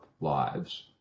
lives